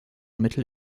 mittel